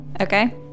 Okay